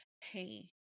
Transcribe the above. hey